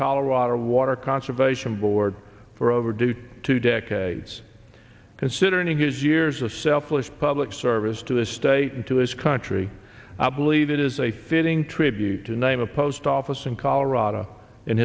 colorado water conservation board for over duty two decades considering his years of selfless public service to this state and to this country i believe it is a fitting tribute to name a post office in colorado in